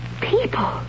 people